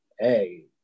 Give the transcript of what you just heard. hey